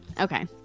Okay